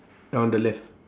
on the left